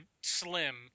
slim